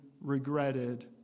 regretted